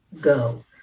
go